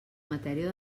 matèria